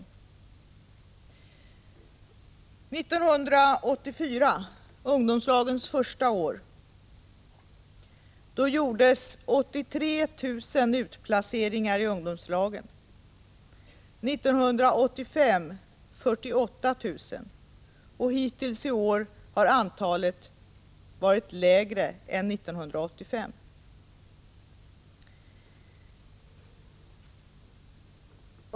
År 1984, ungdomslagens första år, genomfördes 83 000 utplaceringar i ungdomslag. År 1985 var det 48 000, och hittills i år har antalet varit lägre än 1985.